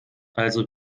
also